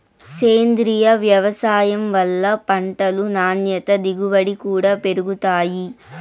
సేంద్రీయ వ్యవసాయం వల్ల పంటలు నాణ్యత దిగుబడి కూడా పెరుగుతాయి